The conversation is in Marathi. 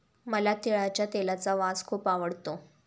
मला तिळाच्या तेलाचा वास खूप आवडतो